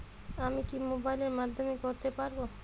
আমি কি মোবাইলের মাধ্যমে করতে পারব?